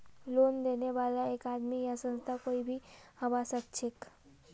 loan देने बाला एक आदमी या संस्था कोई भी हबा सखछेक